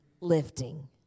lifting